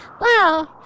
Wow